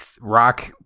rock